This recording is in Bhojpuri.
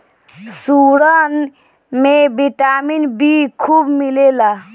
सुरन में विटामिन बी खूब मिलेला